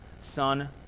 son